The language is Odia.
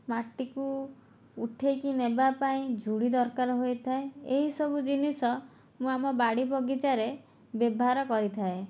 ମାଟିକୁ ଉଠେଇକି ନେବା ପାଇଁ ଝୁଡି ଦରକାର ହୋଇଥାଏ ଏହି ସବୁ ଜିନିଷ ମୁଁ ଆମ ବାଡି ବଗିଚାରେ ବ୍ୟବହାର କରିଥାଏ